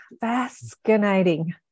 Fascinating